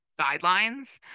guidelines